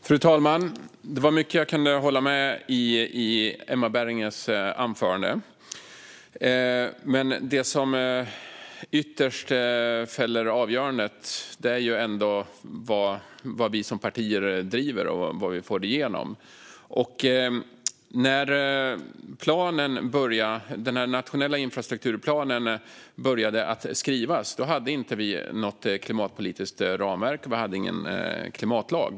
Fru talman! Det var mycket i Emma Bergingers anförande som jag kunde hålla med om. Men det som ytterst fäller avgörandet är ändå vad vi som partier driver och vad vi får igenom. När den nationella infrastrukturplanen började skrivas hade vi inte något klimatpolitiskt ramverk, och vi hade ingen klimatlag.